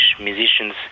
musicians